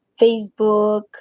facebook